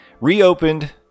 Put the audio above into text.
reopened